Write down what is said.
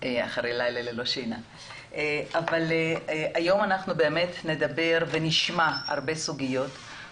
היום נשמע הרבה סוגיות ונדבר עליהן.